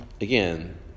Again